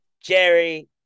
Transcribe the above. Jerry